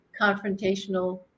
Confrontational